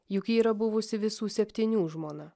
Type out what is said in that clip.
juk ji yra buvusi visų septynių žmona